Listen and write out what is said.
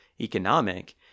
economic